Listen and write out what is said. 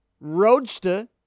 Roadster